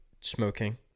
smoking